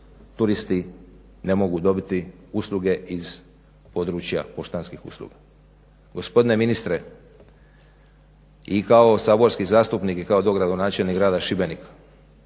turisti ne mogu dobiti usluge iz područja poštanskih usluga. Gospodine ministre, i kao saborski zastupnik i kao dogradonačelnik grada Šibenika